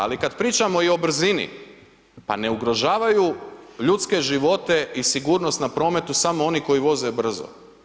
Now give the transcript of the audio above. Ali kada pričamo i o brzini, pa ne ugrožavaju ljudske živote i sigurnost na prometu samo oni koji voze brzo.